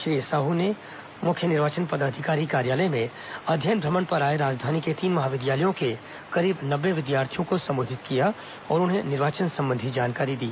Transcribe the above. श्री साहू ने कल मुख्य निर्वाचन पदाधिकारी कार्यालय में अध्ययन भ्रमण पर आए राजधानी के तीन महाविद्यालयों के करीब नब्बे विद्यार्थियों को सम्बोधित किया और उन्हें निर्वाचन संबंधी जानकारी दी